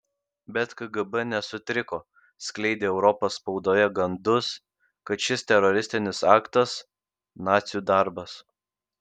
bet kgb nesutriko skleidė europos spaudoje gandus kad šis teroristinis aktas nacių darbas